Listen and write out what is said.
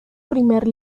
primer